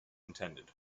intended